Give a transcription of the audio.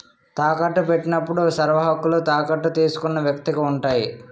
తాకట్టు పెట్టినప్పుడు సర్వహక్కులు తాకట్టు తీసుకున్న వ్యక్తికి ఉంటాయి